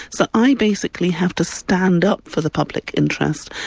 so i basically have to stand up for the public interest,